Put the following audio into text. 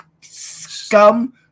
scum